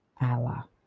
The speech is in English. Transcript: Allah